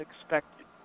expected